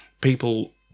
people